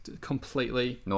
completely